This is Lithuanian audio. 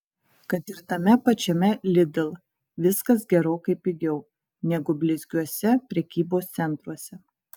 kad ir tame pačiame lidl viskas gerokai pigiau negu blizgiuose prekybos centruose